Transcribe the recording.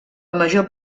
major